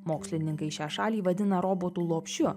mokslininkai šią šalį vadina robotų lopšiu